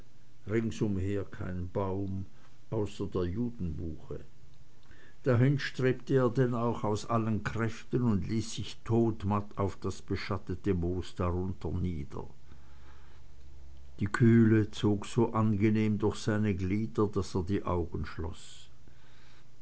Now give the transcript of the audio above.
ringsumher kein baum außer der judenbuche dahin strebte er denn auch aus allen kräften und ließ sich todmatt auf das beschattete moos darunter nieder die kühle zog so angenehm durch seine glieder daß er die augen schloß